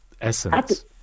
essence